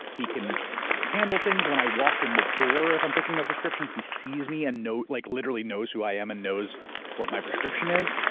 he can handle things. when i walk in the door, if i'm picking up a prescription, he sees me and knows, like literally knows who i am, and knows what my prescription is.